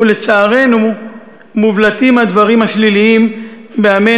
ולצערנו, מובלטים הדברים השליליים בעמנו